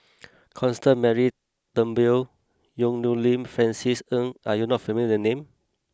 Constance Mary Turnbull Yong Nyuk Lin Francis Ng are you not familiar the names